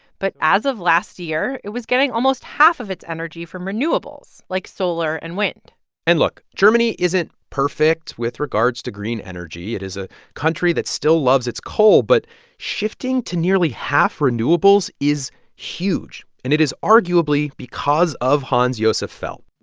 but as of last year, it was getting almost half of its energy from renewables, like solar and wind and, look germany isn't perfect with regards to green energy. it is a country that still loves its coal. but shifting to nearly half renewables is huge, and it is arguably because of hans-josef fell.